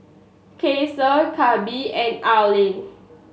Ceasar Gabe and Arleen